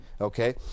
Okay